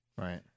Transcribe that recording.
Right